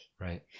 right